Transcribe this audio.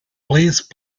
please